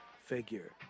figure